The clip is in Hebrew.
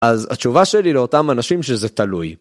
אז התשובה שלי לאותם אנשים שזה תלוי.